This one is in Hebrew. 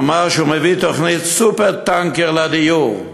אמר שהוא מביא תוכנית סופר-טנקר לדיור,